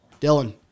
Dylan